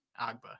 Agba